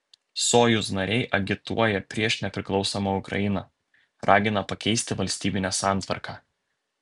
sojuz nariai agituoja prieš nepriklausomą ukrainą ragina pakeisti valstybinę santvarką